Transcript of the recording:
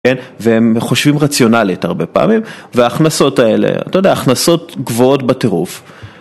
והם חושבים רציונלית הרבה פעמים וההכנסות האלה, אתה יודע, הכנסות גבוהות בטירוף.